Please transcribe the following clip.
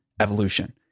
evolution